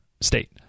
state